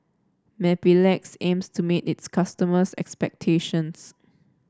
Mepilex aims to meet its customers' expectations